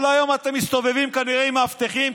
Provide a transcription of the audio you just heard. כל היום אתם מסתובבים כנראה עם מאבטחים,